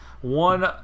one